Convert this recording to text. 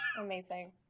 amazing